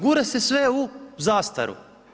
Gura se sve u zastaru.